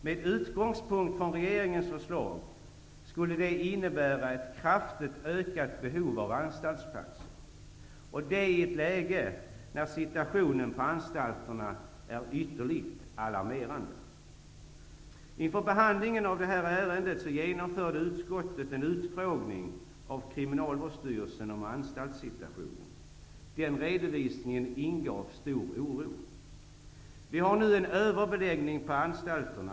Med utgångspunkt från regeringens förslag skulle det innebära ett kraftigt ökat behov av anstaltsplatser, i ett läge när situationen på anstalterna är ytterligt alarmerande. Inför behandlingen av det här ärendet genomförde utskottet en utfrågning av Kriminalvårdsstyrelsen om anstaltssituationen. Den redovisningen ingav stor oro. Vi har nu en överbeläggning på anstalterna.